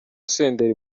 senderi